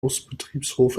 busbetriebshof